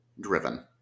driven